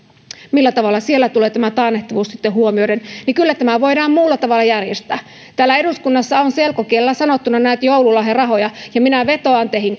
millä tavalla siellä tulee tämä taannehtivuus sitten huomioiduksi niin kyllä tämä voidaan muulla tavalla järjestää täällä eduskunnassa on selkokielellä sanottuna joululahjarahoja ja minä vetoan teihin